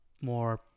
more